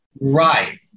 Right